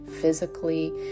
physically